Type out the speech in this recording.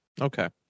Okay